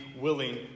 willing